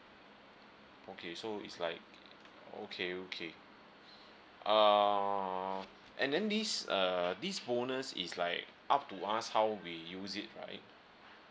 okay so is like okay okay err and then this uh this bonus is like up to us how we use it right